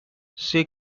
see